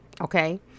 okay